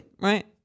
Right